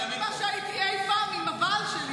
יותר ממה שהייתי פעם עם הבעל שלי,